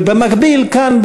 ובמקביל כאן,